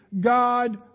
God